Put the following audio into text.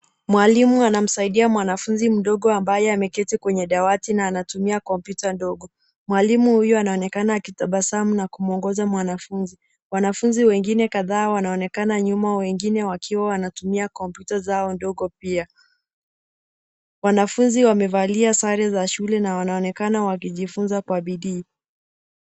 Mwalimu anamsaidia mwanafunzi mdogo ambaye ameketi kwenye dawati na anatumia kompyuta ndogo. Mwalimu huyo anaonekana akitabasamu na kumwongoza mwanafunzi. Wanafunzi wengine kadhaa wanaonekana nyuma, wengine wakiwa wanatumia kompyuta zao ndogo pia. Wanafunzi wamevalia sare za shule na wanaonekana wakijifunza kwa bidii.